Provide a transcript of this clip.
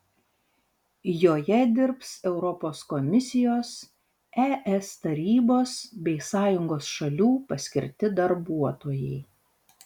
joje dirbs europos komisijos es tarybos bei sąjungos šalių paskirti darbuotojai